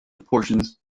portions